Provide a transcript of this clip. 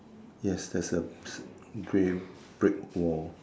yes there's a grey brick wall